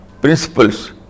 principles